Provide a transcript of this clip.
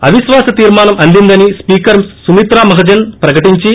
అవిశ్వాస తీర్మానం అందిందని స్పీకర్ సుమిత్రా మహాజన్ ప్రకటించి